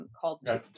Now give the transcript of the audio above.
called